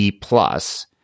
plus